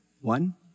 One